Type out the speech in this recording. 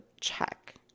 check